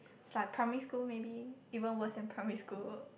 is like primary school maybe even worse than primary school